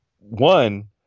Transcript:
One